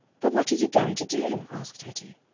but what are you going to do? asked hetty.